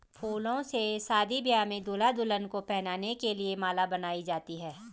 फूलों से शादी ब्याह में दूल्हा दुल्हन को पहनाने के लिए माला बनाई जाती है